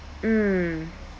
mm